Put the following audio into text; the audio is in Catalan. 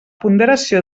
ponderació